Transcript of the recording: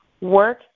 work